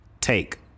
take